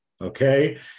Okay